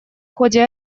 ходе